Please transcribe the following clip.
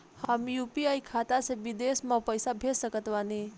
हम यू.पी.आई खाता से विदेश म पइसा भेज सक तानि?